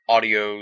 Audio